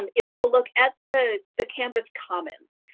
um is to look at the the canvas commons.